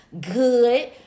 good